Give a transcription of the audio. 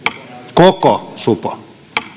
koko supo